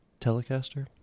telecaster